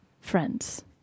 friends